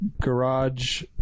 garage